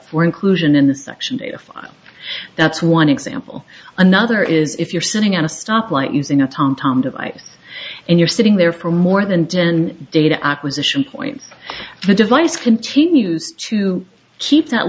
for inclusion in the section data file that's one example another is if you're sitting at a stop light using a tom tom device and you're sitting there for more than ten data acquisition point the device continues to keep that